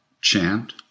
chant